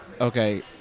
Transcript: Okay